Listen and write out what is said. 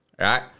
right